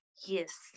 Yes